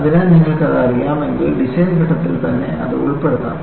അതിനാൽ നിങ്ങൾക്കത് അറിയാമെങ്കിൽ ഡിസൈൻ ഘട്ടത്തിൽ തന്നെ അത് ഉൾപ്പെടുത്താം